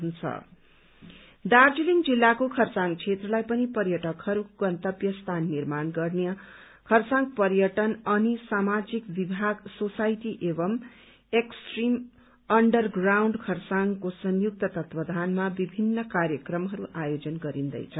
tourism Darjeeling जिल्लाको खरसाङ क्षेत्रलाई पनि पर्यटकहरूको गन्तव्य स्थान निर्माण गर्न खरसाङ पर्यटन अनि सामाजिक विभाग सोसाइटी एवं एक्सट्रीम अण्डर ग्राउण्ड खरसाङको संयुक्त तत्वावधानमा विभिन्न कार्यक्रमहरू आयोजन गरिन्दैछ